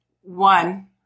one